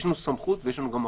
יש לנו סמכות וגם יש לנו אחריות.